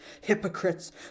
hypocrites